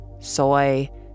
soy